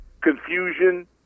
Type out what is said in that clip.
confusion